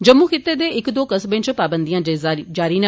जम्मू खित्ते दे इक दो कस्बे इच पाबंदियां अजें जारी न